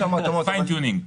יש שם התאמות, פיין-טיונינג.